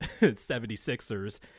76ers